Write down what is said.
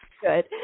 Good